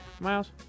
Miles